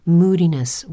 moodiness